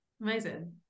Amazing